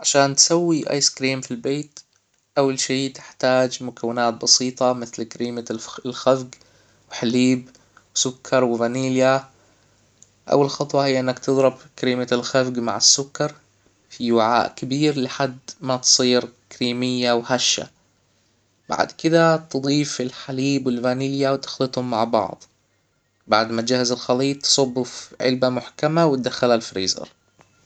عشان تسوي ايس كريم في البيت اول شيء تحتاج مكونات بسيطة مثل كريمة الخفق و حليب سكر وفانيليا اول خطوة هي انك تضرب كريمة الخفق مع السكر في وعاء كبير لحد ما تصير كريمية وهشة بعد كدا تضيف الحليب والفانيليا وتخلطهم مع بعض بعد ما جهز الخليط صبه في علبة محكمة وتدخلها الفريزر